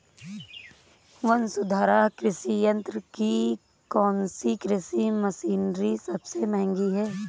वसुंधरा कृषि यंत्र की कौनसी कृषि मशीनरी सबसे महंगी है?